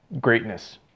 greatness